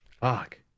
fuck